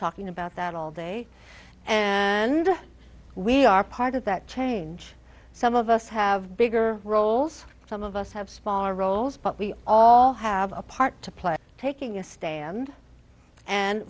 talking about that all day and we are part of that change some of us have bigger roles some of us have spahn our roles but we all have a part to play taking a stand and